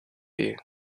you